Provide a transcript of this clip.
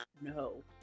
No